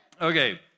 Okay